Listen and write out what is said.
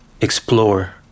explore